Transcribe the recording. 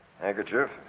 Handkerchief